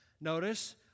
Notice